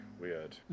weird